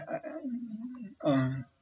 I uh